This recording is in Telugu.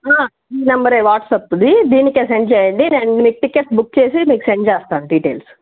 ఈ నంబరే వాట్సాప్ది దీనికి సెండ్ చేయండి నేను మీకు టికెట్స్ బుక్ చేసి మీకు సెండ్ చేస్తాను డిటెయిల్స్